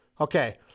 okay